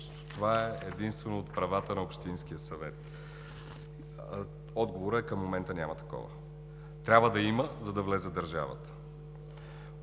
Това е единствено в правата на общинския съвет. Отговорът е: към момента няма такова. Трябва да има, за да влезе държавата.